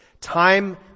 Time